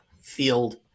field